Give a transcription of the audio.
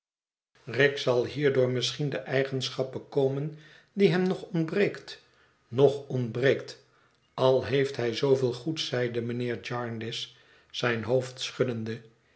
kick zal hierdoor misschien de eigenschap bekomen die hem nog ontbreekt nog ontbreekt al heeft hij zooveel goeds zeide mijnheer jarndyce zijn hoofd schuddende